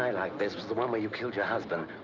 i liked best was the one where you killed your husband.